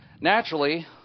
naturally